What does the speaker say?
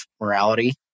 morality